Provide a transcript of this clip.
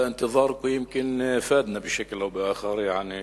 לעברית: השיח'ים הנכבדים,